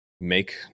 make